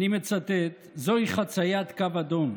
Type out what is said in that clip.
אני מצטט: "זוהי חציית קו אדום.